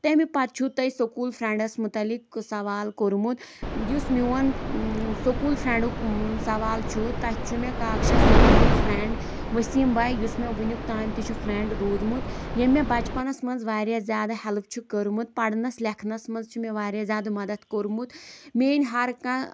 تٔمۍ پَتہٕ چھُو تۄہہِ سکوٗل فریٚنٛڈَس مُعلِق سوال کوٚمُت یُس میون سکوٗل فریٚنٛڈُک سوال چھُ تَتہِ چھُ مےٚ کاکشَس سکوٗلُک فریٚنٛڈ ؤسیٖم باے یُس مےٚ وُنیُک تانۍ تہِ چھُ فریٚنٛڈ روٗدٕمُت یِم مےٚ بَچپَنَس منٛز واریاہ زیادٕ ہٮ۪لٕپ چھُ کوٚرمُت پَرنَس لیٚکھنَس منٛز چھِ مےٚ واریاہ زیادٕ مدد کوٚرمُت میٲنۍ ہر کانٛہہ